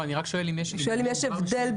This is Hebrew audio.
אני רק שואל אם יש הבדל.